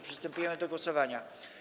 Przystępujemy do głosowania.